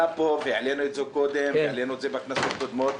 העלינו את זה קודם, בכנסות קודמות.